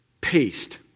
paste